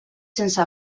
sense